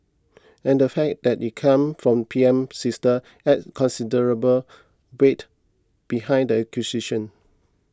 and the fact that it come from PM's sister added considerable weight behind the accusation